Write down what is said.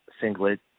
singlet